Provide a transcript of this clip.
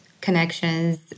connections